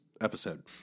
episode